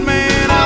Man